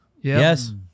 Yes